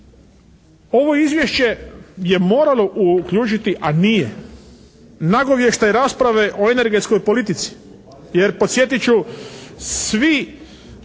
ovo izvješće je moralo uključiti, a nije, nagovještaj rasprave o energetskoj politici, jer podsjetit ću svi